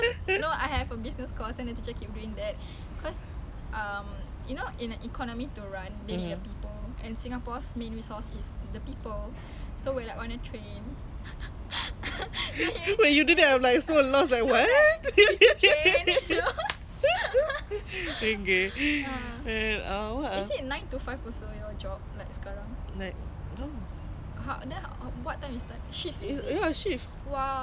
K K ya shift morning seven to three thirty afternoon one to nine thirty night is but I haven't do night shift ya but by the end of this month I'm gonna swap job ah then I'm gonna find another job